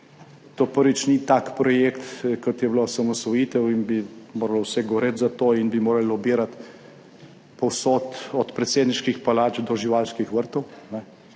to, prvič, ni tak projekt, kot je bila osamosvojitev, da bi moralo vse goreti za to in bi morali lobirati povsod, od predsedniških palač do živalskih vrtov.